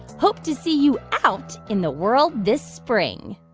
hope to see you out in the world this spring